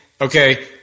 okay